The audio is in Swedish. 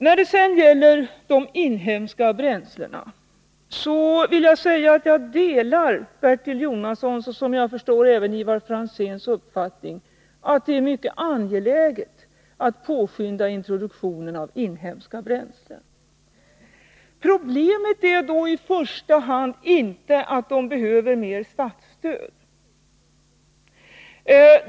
Jag vill säga att jag delar Bertil Jonassons uppfattning, som såvitt jag förstår överensstämmer med Ivar Franzéns, att det är mycket angeläget att påskynda introduktionen av inhemska bränslen. Problemet är inte i första hand att man behöver mer statsstöd.